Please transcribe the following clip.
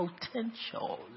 potential